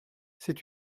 c’est